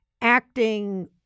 acting